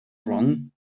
wrong